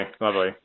lovely